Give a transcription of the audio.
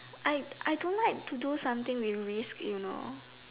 I I don't like to do something with risk you know